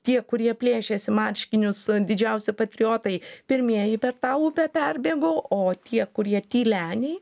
tie kurie plėšėsi marškinius didžiausi patriotai pirmieji per tą upę perbėgo o tie kurie tyleniai